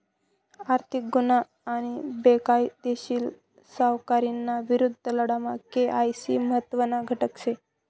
आर्थिक गुन्हा आणि बेकायदेशीर सावकारीना विरुद्ध लढामा के.वाय.सी महत्त्वना घटक शे